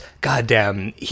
Goddamn